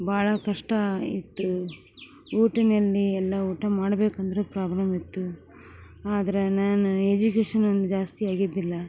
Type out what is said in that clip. ಭಾಳ ಕಷ್ಟ ಇತ್ತು ಊಟಿನಲ್ಲಿ ಎಲ್ಲ ಊಟ ಮಾಡ್ಬೇಕಂದರು ಪ್ರಾಬ್ಲಮ್ ಇತ್ತು ಆದರೆ ನಾನು ಎಜುಕೇಶನ್ ನನ್ನದು ಜಾಸ್ತಿ ಆಗಿದ್ದಿಲ್ಲ